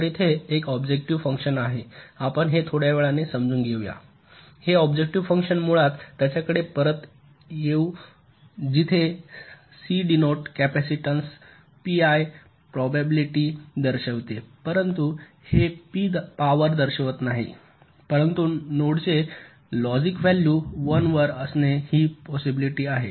तर तेथे एक ऑब्जेक्टिव्ह फंक्शन आहे आपण हे थोड्या वेळाने समजुन घेऊ हे ऑब्जेक्टिव्ह फंक्शन मुळात त्याकडे परत येऊ जेथे C d node capacitance P I probability दर्शवते परंतु हे पी पॉवर दर्शवित नाही परंतु नोडचे लॉजिक व्हॅल्यू 1 वर असणे ही पोसिबिलीटी आहे